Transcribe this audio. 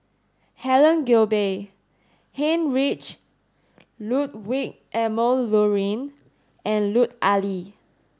Helen Gilbey Heinrich Ludwig Emil Luering and Lut Ali